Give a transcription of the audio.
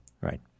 right